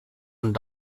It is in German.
und